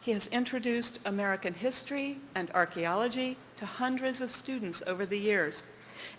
he has introduced american history and archaeology to hundreds of students over the years